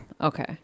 Okay